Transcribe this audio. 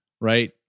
right